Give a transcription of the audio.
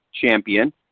champion